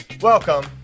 Welcome